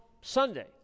Sunday